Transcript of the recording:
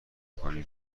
کنی